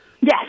Yes